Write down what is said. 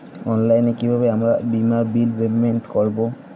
অনলাইনে কিভাবে আমার বীমার বিল পেমেন্ট করবো?